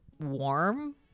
warm